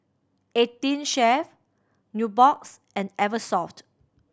Eighteen Chef Nubox and Eversoft